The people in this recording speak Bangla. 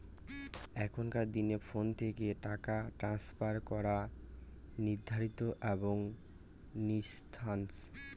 এখনকার দিনে ফোন থেকে টাকা ট্রান্সফার করা নির্বিঘ্ন এবং নির্ঝঞ্ঝাট